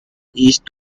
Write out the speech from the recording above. east